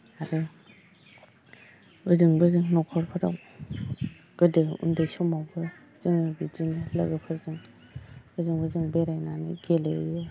आरो ओजों बोजों न'खरफोराव गोदो उन्दै समावबो जों बिदिनो लोगोफोरजों बोजों बोजों बेरायनानै गेलेहैयो